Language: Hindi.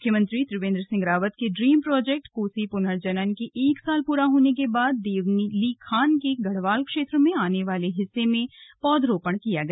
मुख्यमंत्री त्रिवेंद्र रावत के ड्रीम प्रोजेक्ट कोसी पुनर्जनन के एक साल पूरा होने के बाद देवलीखान के गढ़वाल क्षेत्र में आने वाले हिस्से में पौधरोपण किया गया